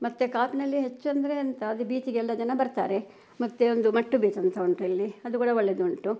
ಮತ್ತು ಕಾಪ್ನಲ್ಲಿ ಹೆಚ್ಚೆಂದರೆ ಎಂತ ಅದು ಬೀಚಿಗೆಲ್ಲ ಜನ ಬರ್ತಾರೆ ಮತ್ತು ಒಂದು ಮಟ್ಟು ಬೀಚಂತ ಉಂಟು ಇಲ್ಲಿ ಅದು ಕೂಡ ಒಳ್ಳೆಯದುಂಟು